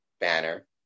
banner